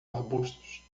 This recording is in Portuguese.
arbustos